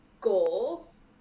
goals